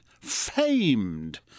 famed